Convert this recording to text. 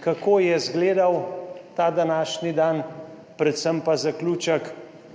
Kako je izgledal ta današnji dan, predvsem pa zaključek?